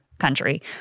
Country